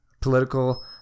political